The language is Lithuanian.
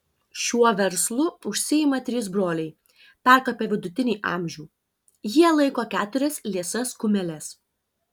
šiuo verslu užsiima trys broliai perkopę vidutinį amžių jie laiko keturias liesas kumeles